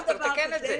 צריך לתקן את זה.